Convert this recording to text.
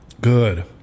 good